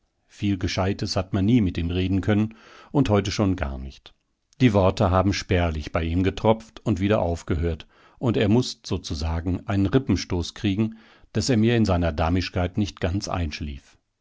viel gescheites hat man nie mit ihm reden können und heute schon gar nicht die worte haben spärlich bei ihm getropft und wieder aufgehört und er mußt sozusagen einen rippenstoß kriegen daß er mir in seiner damischkeit nicht ganz einschlief